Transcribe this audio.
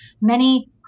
Many-